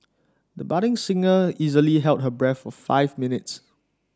the budding singer easily held her breath for five minutes